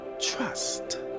Trust